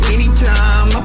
Anytime